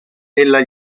ella